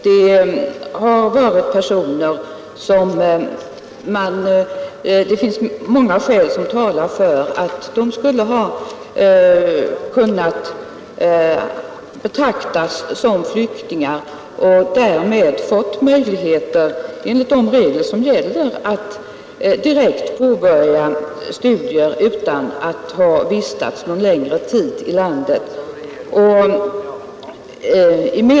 De har gällt personer som — det talar många skäl för — skulle ha kunnat betraktas som flyktingar och därmed enligt de regler som gäller fått möjligheter att direkt påbörja studier utan att ha vistats någon längre tid i landet.